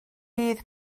bydd